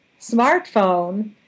smartphone